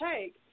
take